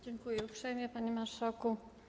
Dziękuję uprzejmie, panie marszałku.